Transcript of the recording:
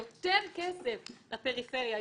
יותר כסף לפריפריה,